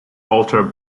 altar